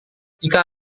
jika